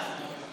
דבר על עצמך קצת.